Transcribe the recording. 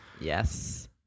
Yes